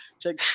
Check